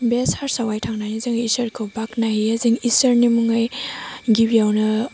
बे सार्सआवहाय थांनानै जोङो इसोरखौ बाखनायहैयो जों इसोरनि मुङै गिबियावनो